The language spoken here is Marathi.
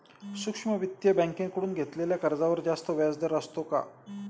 सूक्ष्म वित्तीय बँकेकडून घेतलेल्या कर्जावर जास्त व्याजदर असतो का?